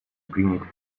принятых